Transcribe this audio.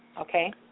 Okay